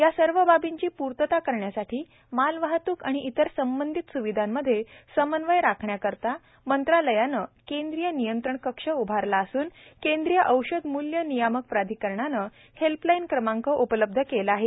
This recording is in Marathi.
या सर्व बाबींची पूर्तता करण्यासाठी मालवाहतूक आणि इतर संबंधित स्विधांमध्ये समन्वय राखण्याकरता मंत्रालयानं केंद्रीय नियंत्रण कक्ष उभारला असून केंद्रीय औषध मूल्य नियामक प्राधिकरणानं हेल्पलाईन क्रमांक उपलब्ध केला आहे